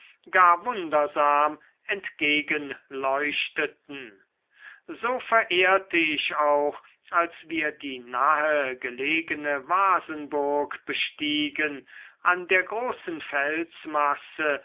gar wundersam entgegenleuchteten so verehrte ich auch als wir die nahe gelegene wasenburg bestiegen an der großen felsmasse